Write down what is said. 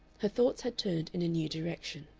her thoughts had turned in a new direction.